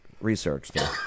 researched